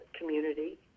community